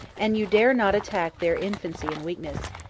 and you dare not attack their infancy and weakness.